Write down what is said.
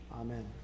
Amen